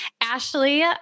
Ashley